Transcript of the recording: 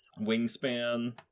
Wingspan